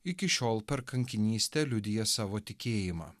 iki šiol per kankinystę liudija savo tikėjimą